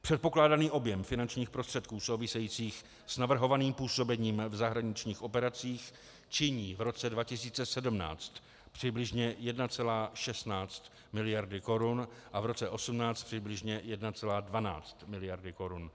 Předpokládaný objem finančních prostředků souvisejících s navrhovaným působením v zahraničních operacích činí v roce 2017 přibližně 1,16 miliardy korun a v roce 2018 přibližně 1,12 miliardy korun.